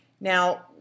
Now